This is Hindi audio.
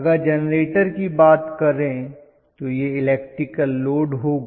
अगर जेनरेटर की बात करें तो यह इलेक्ट्रिकल लोड होगा